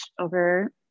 over